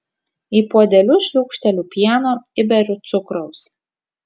į puodelius šliūkšteliu pieno įberiu cukraus